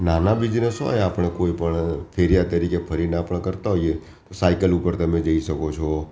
નાના બિજનેસ હોય આપણે કોઈપણ ફેરિયા તરીકે ફરીને આપણે કરતા હોઈએ સાયકલ ઉપર તમે જઈ શકો છો